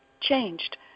changed